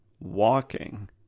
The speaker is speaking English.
Walking